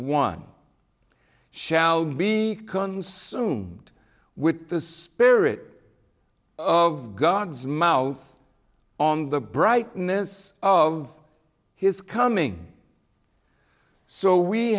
one shall be consumed with the spirit of god's mouth on the brightness of his coming so we